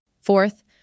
Fourth